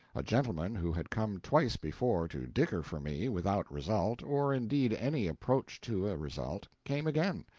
a gentleman who had come twice before to dicker for me, without result, or indeed any approach to a result, came again.